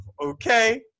okay